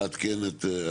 אני רוצה לעדכן את אדוני.